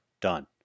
done